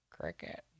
cricket